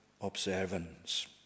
observance